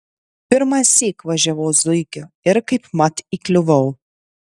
pirmąsyk važiavau zuikiu ir kaipmat įkliuvau